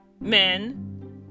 men